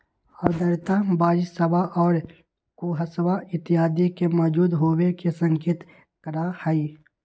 आर्द्रता बरिशवा और कुहसवा इत्यादि के मौजूद होवे के संकेत करा हई